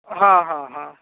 ହଁ ହଁ ହଁ